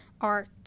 art